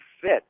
fit